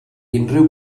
unrhyw